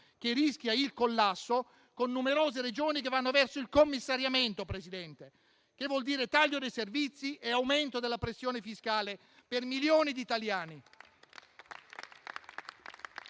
che rischia il collasso con numerose Regioni che vanno verso il commissariamento. Ciò vuol dire taglio dei servizi e aumento della pressione fiscale per milioni di italiani.